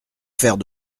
faire